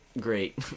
great